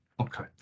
okay